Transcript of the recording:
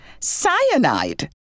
Cyanide